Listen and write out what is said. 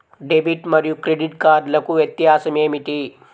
Debit మరియు credit కార్డ్లకు వ్యత్యాసమేమిటీ?